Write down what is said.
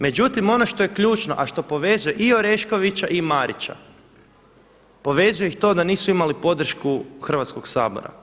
Međutim, ono što je ključno, a što povezuje i Oreškovića i Marića, povezuje ih to da nisu imali podršku Hrvatskog sabora.